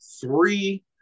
three